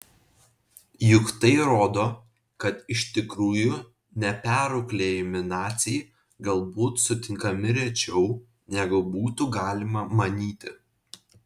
juk tai rodo kad iš tikrųjų neperauklėjami naciai galbūt sutinkami rečiau negu būtų galima manyti